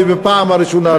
ובפעם הראשונה,